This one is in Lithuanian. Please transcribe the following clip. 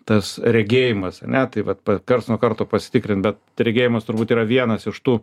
tas regėjimas ar ne tai vat pa karts nuo karto pasitikrint bet regėjimas turbūt yra vienas iš tų